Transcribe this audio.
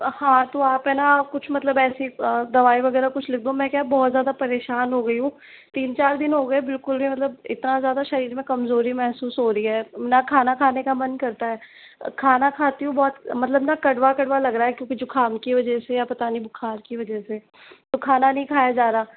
हाँ तो आप है ना कुछ मतलब ऐसी दवाई वगैरह कुछ लिख दो मैं क्या बहुत ज़्यादा परेशान हो गई हूँ तीन चार दिन हो गए बिल्कुल भी मतलब इतना ज़्यादा शरीर में कमजोरी महसूस हो रही है न खाना खाने का मन करता है खाना खाती हूँ बहुत मतलब न कड़वा कड़वा लग रहा है क्योंकि जुकाम की वजह से या पता नहीं बुखार की वजह से तो खाना नहीं खाया जा रहा